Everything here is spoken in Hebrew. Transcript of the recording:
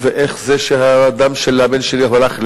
זה אולי אולי 10%-5% במקרה הטוב,